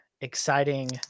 exciting